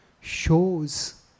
shows